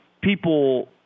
people